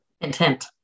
Intent